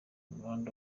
arnold